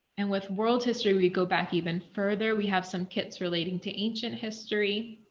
and with world history, we go back even further, we have some kits relating to ancient history,